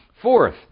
Fourth